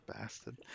Bastard